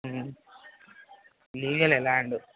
లీగలే land